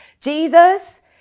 Jesus